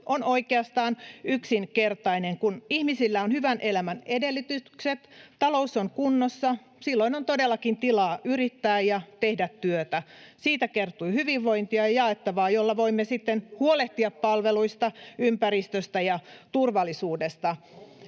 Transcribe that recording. on oikeastaan yksinkertainen. Kun ihmisillä on hyvän elämän edellytykset ja talous on kunnossa, silloin on todellakin tilaa yrittää ja tehdä työtä. Siitä kertyy hyvinvointia ja jaettavaa, jolla voimme sitten huolehtia palveluista, ympäristöstä ja turvallisuudesta.